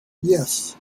yes